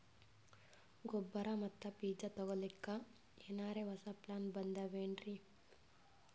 ಗೊಬ್ಬರ ಮತ್ತ ಬೀಜ ತೊಗೊಲಿಕ್ಕ ಎನರೆ ಹೊಸಾ ಪ್ಲಾನ ಬಂದಾವೆನ್ರಿ?